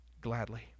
gladly